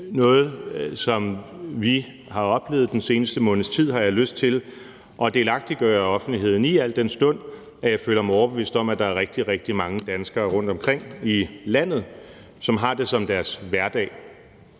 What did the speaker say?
noget, som vi har oplevet den seneste måneds tid, har jeg lyst til at delagtiggøre offentligheden i, al den stund at jeg føler mig overbevist om, at der er rigtig, rigtig mange danskere rundtomkring i landet, som har det som deres hverdag.